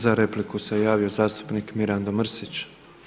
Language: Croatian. Za repliku se javio zastupnik Mirando Mrsić.